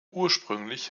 ursprünglich